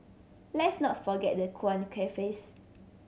let's not forget the quaint cafes